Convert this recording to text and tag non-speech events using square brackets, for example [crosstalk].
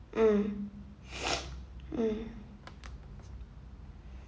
mm [noise] mm